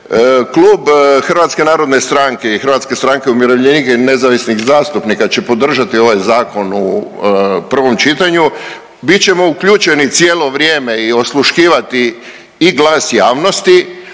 uklesano u kamen. Dakle, klub HNS-a i HSU-a i nezavisnih zastupnika će podržati ovaj zakon u prvom čitanju. Bit ćemo uključeni cijelo vrijeme i osluškivati i glas javnosti,